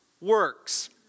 works